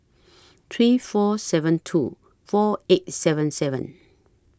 three four seven two four eight seven seven